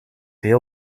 heel